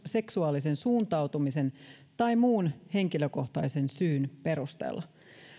seksuaalisen suuntautumisen tai muun henkilökohtaisen syyn perusteella